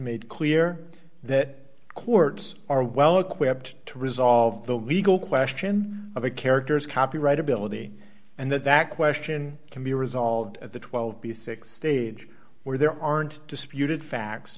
made clear that courts are well equipped to resolve the legal question of a character's copyright ability and that that question can be resolved at the twelve b six stage where there aren't disputed facts